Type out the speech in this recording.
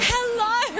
Hello